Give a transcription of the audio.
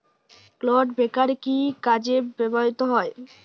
Clod breaker কি কাজে ব্যবহৃত হয়?